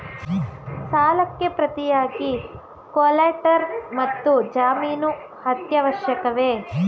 ಸಾಲಕ್ಕೆ ಪ್ರತಿಯಾಗಿ ಕೊಲ್ಯಾಟರಲ್ ಮತ್ತು ಜಾಮೀನು ಅತ್ಯವಶ್ಯಕವೇ?